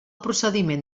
procediment